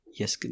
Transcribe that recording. Yes